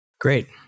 Great